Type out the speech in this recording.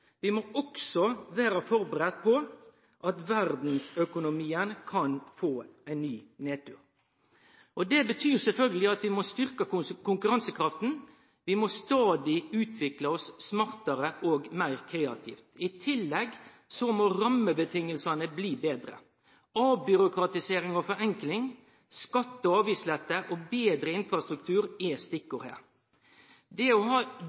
Vi må også vere førebudde på at verdsøkonomien kan få ein ny nedtur. Det betyr sjølvsagt at vi må styrkje konkurransekrafta, vi må stadig utvikle oss smartare og meir kreativt. I tillegg må rammevilkåra bli betre. Avbyråkratisering og forenkling, skatte- og avgiftslette og betre infrastruktur er stikkord. Det å ha